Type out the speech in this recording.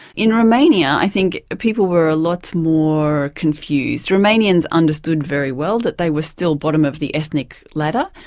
in romania, i think people were a lot more confused. romanians understood very well that they were still bottom of the ethnic ladder,